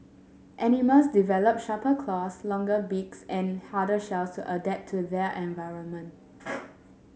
animals develop sharper claws longer beaks and harder shells to adapt to their environment